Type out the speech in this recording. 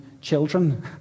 children